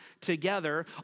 together